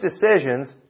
decisions